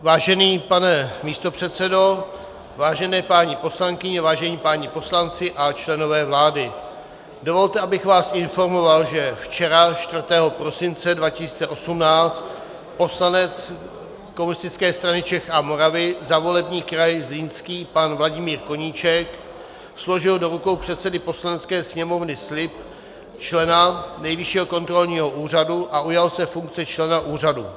Vážený pane místopředsedo, vážené paní poslankyně, vážení páni poslanci a členové vlády, dovolte, abych vás informoval, že včera, 4. prosince 2018, poslanec Komunistické strany Čech a Moravy za volební kraj Zlínský pan Vladimír Koníček složil do rukou předsedy Poslanecké sněmovny slib člena Nejvyššího kontrolního úřadu a ujal se funkce člena úřadu.